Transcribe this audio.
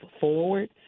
forward